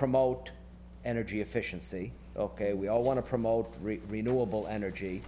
promote energy efficiency ok we all want to promote great renewable energy